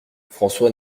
françois